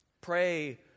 Pray